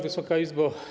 Wysoka Izbo!